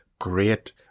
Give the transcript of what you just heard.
great